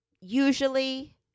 usually